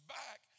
back